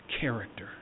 character